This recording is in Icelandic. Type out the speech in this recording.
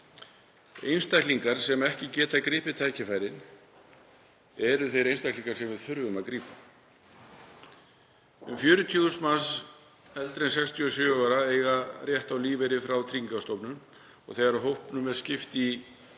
Einstaklingar sem ekki geta gripið tækifærin eru þeir einstaklingar sem við þurfum að grípa. Um 40.000 manns eldri en 67 ára eiga rétt á lífeyri frá Tryggingastofnun og þegar hópnum er skipt í